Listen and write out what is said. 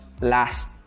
last